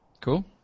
Cool